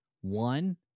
One